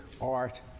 art